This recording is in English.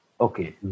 Okay